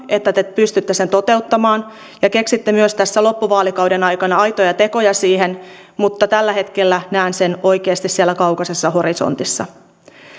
että te pystytte sen toteuttamaan ja myös keksitte tässä loppuvaalikauden aikana aitoja tekoja siihen mutta tällä hetkellä näen sen oikeasti siellä kaukaisessa horisontissa